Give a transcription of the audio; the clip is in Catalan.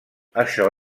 això